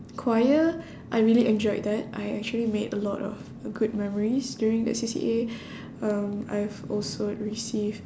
choir I really enjoyed that I actually made a lot of good memories during that C_C_A um I've also received